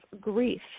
grief